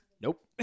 Nope